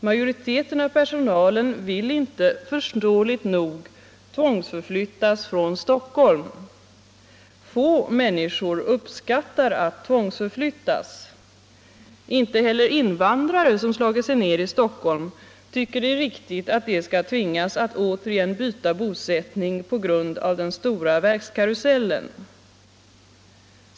Majoriteten av personalen vill inte — förståeligt nog — tvångsförflyttas från Stockholm. Få människor uppskattar att tvångsförflyttas. Inte heller invandrare som slagit sig ner i Stockholm tycker det är riktigt att de skall tvingas att återigen byta bosättning på grund av den stora verkskarusellen.